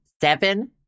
seven